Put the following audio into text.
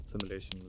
simulation